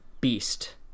beast